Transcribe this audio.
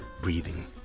breathing